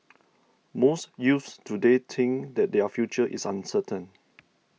most youths today think that their future is uncertain